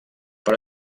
per